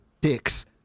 dicks